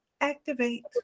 activate